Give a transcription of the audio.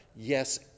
Yes